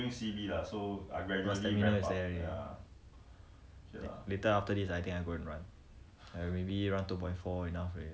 !whoa! that a lot I ran two point four I already buay tahan I really cannot take it